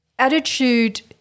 attitude